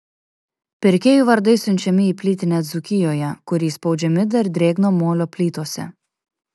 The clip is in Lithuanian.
pirkėjų vardai siunčiami į plytinę dzūkijoje kur įspaudžiami dar drėgno molio plytose